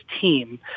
team